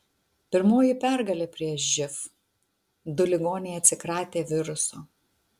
pirmoji pergalė prieš živ du ligoniai atsikratė viruso